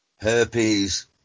Herpes